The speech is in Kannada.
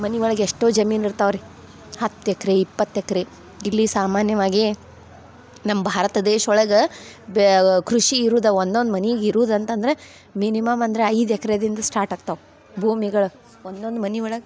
ಮನೆ ಒಳಗೆ ಎಷ್ಟೋ ಜಮೀನು ಇರ್ತಾವ ರೀ ಹತ್ತು ಎಕ್ರೆ ಇಪ್ಪತ್ತು ಎಕ್ರೆ ಇಲ್ಲಿ ಸಾಮಾನ್ಯವಾಗಿ ನಮ್ಮ ಭಾರತ ದೇಶ ಒಳ್ಗ ಬ್ಯ ಕೃಷಿ ಇರುದ ಒನ್ನೊಂದು ಮನೆಗೆ ಇರುದಂತಂದ್ರೆ ಮಿನಿಮಮ್ ಅಂದ್ರ ಐದು ಎಕ್ರೆದಿಂದ ಸ್ಟಾರ್ಟ್ ಆಗ್ತವ ಭೂಮಿಗಳು ಒನ್ನೊಂದು ಮನೆ ಒಳಗೆ